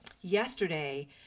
yesterday